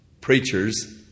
preachers